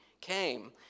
came